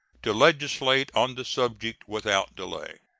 to legislate on the subject without delay.